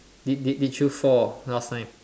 did did did you fall last time